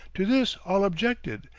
to this all objected,